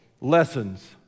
lessons